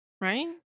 Right